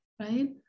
right